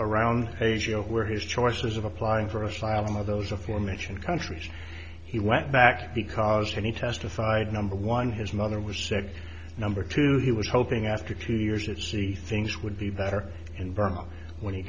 around asia where his choices of applying for asylum of those aforementioned countries he went back because any testified number one his mother was sick number two he was hoping after two years that see things would be better in burma when he